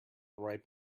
ripe